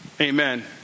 Amen